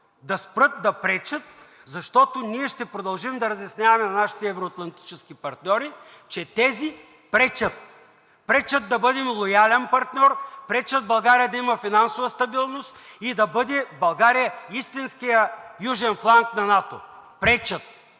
да спрат да пречат, защото ние ще продължим да разясняваме на нашите евро-атлантически партньори, че тези пречат. Пречат да бъдем лоялен партньор. Пречат в България да има финансова стабилност и да бъде България истинският южен фланг на НАТО! Пречат